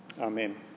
Amen